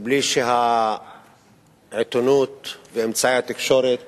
ובלי שהעיתונות ואמצעי התקשורת